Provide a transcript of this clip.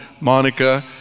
Monica